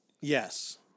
Yes